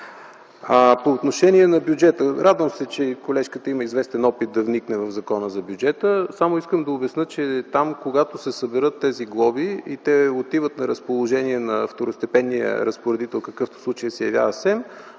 По отношение на бюджета. Радвам се, че колежката има известен опит да вникне в Закона за бюджета. Само искам да обясня, че когато се съберат тези глоби и те отиват на разположение на второстепенния разпоредител, какъвто в случая се явява СЕМ,